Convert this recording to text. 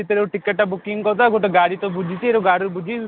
ଭିତରେ ଟିକେଟ୍ଟା ବୁକିଙ୍ଗ୍ କରିଦବା ଗୋଟେ ଗାଡ଼ି ତ ବୁଝିଛେ ଗାଡ଼ିର ବୁଝି